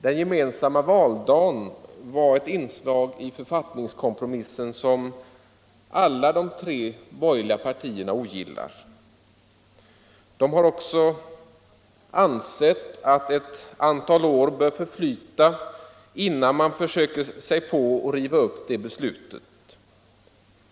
Den gemensamma valdagen var ett inslag i författningskompromissen som alla de tre borgerliga partierna ogillar. De har också ansett att ett antal år bör förflyta innan man försöker sig på att riva upp det beslutet.